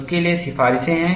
उसके लिए सिफारिशें हैं